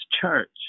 church